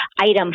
item